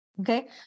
okay